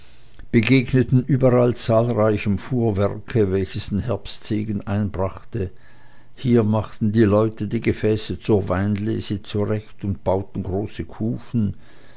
begegneten überall zahlreichem fuhrwerke welches den herbstsegen einbrachte hier machten die leute die gefäße zur weinlese zurecht und bauten große kufen